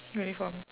uniform